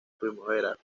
primavera